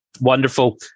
Wonderful